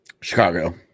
Chicago